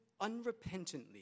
unrepentantly